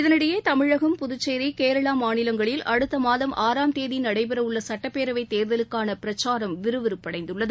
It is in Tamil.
இதற்கிடையே தமிழகம் புதுச்சேரி கேரளா மாநிலங்களில் அடுத்த மாதம் ஆறாம் தேதி நடைபெறவுள்ள சுட்டப்பேரவைத் தேர்தலுக்கன பிரச்சாரம் விறுவிறுப்படைந்துள்ளது